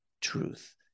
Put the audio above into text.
truth